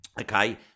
Okay